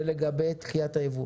זה לגבי דחיית היבוא.